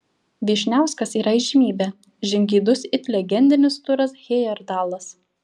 vyšniauskas yra įžymybė žingeidus it legendinis turas hejerdalas